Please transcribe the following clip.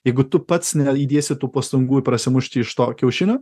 jeigu tu pats neįdėsi tų pastangų prasimušti iš to kiaušinio